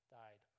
died